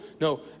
No